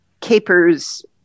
capers